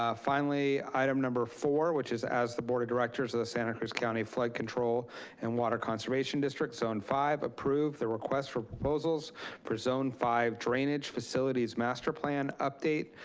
ah finally, item number four, which is as the board of directors of the santa cruz county flood control and water conservation district zone five approve the request for proposals for zone five drainage facilities master plan update,